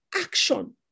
action